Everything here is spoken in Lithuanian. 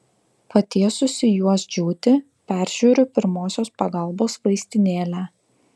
patiesusi juos džiūti peržiūriu pirmosios pagalbos vaistinėlę